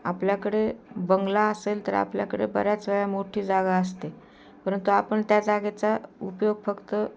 आपल्याकडे बंगला असेल तर आपल्याकडे बऱ्याच वेळा मोठी जागा असते परंतु आपण त्या जागेचा उपयोग फक्त